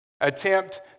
attempt